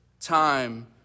time